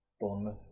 Bournemouth